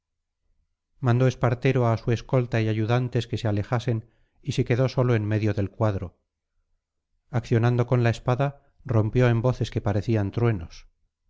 mandó espartero a su escolta y ayudantes que se alejasen y se quedó solo en medio del cuadro accionando con la espada rompió en voces que parecían truenos